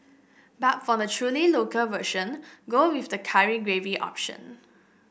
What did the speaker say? but for the truly local version go with the curry gravy option